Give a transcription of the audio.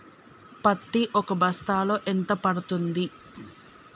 పత్తి ఒక బస్తాలో ఎంత పడ్తుంది?